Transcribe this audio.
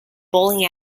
bowling